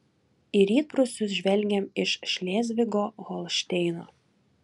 į rytprūsius žvelgiam iš šlėzvigo holšteino